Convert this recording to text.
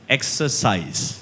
Exercise